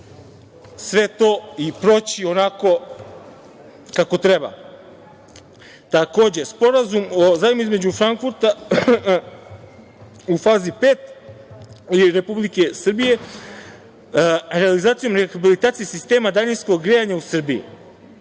sve to i proći onako kako treba. Sporazum, zajam između Frankfurta u fazi pet Republike Srbije, realizacijom rehabilitacije sistema daljinskog grejanja u Srbiji.